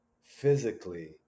physically